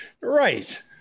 Right